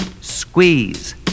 squeeze